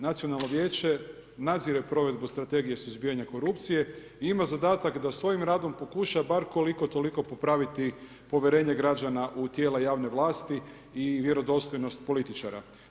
Nacionalno vijeće nadzire provedbu Strategije suzbijanja korupcije i ima zadatak da svojim radom pokuša bar koliko toliko popraviti povjerenje građana u tijela javne vlasti i vjerodostojnost političara.